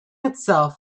itself